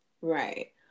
right